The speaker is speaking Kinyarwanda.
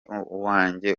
uwanjye